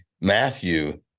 Matthew